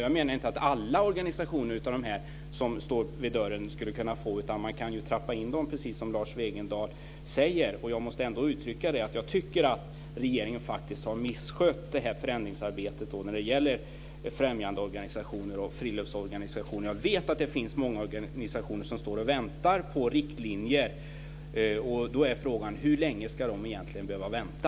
Jag menar inte att alla dessa organisationer som står vid dörren skulle kunna få, men man kan ju trappa in dem precis som Lars Wegendal säger. Jag måste ändå uttrycka att jag tycker att regeringen har misskött förändringsarbetet när det gäller främjande och friluftsorganisationer. Jag vet att det finns många organisationer som står och väntar på riktlinjer, och då är frågan: Hur länge ska de egentligen behöva vänta?